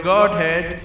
Godhead